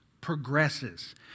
progresses